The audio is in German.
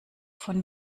von